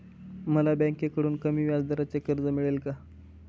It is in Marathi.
मला बँकेकडून कमी व्याजदराचे कर्ज मिळेल का?